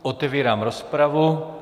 Otevírám rozpravu.